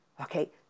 Okay